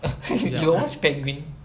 you got watch penguin